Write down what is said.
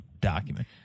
document